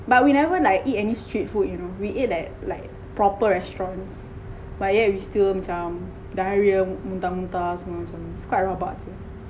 but we never like eat any street food you know we eat like like proper restaurants but yet we still macam diarrhoea muntah muntah semua macam it's quite rabak seh